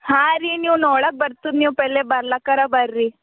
ಹಾಂ ರೀ ನೀವು ನೋಡೋಕೆ ಬರ್ತದೆ ನೀವು ಪೆಹ್ಲೆ ಬರ್ಲಾಕ್ಕಾರ ಬರ್ರಿ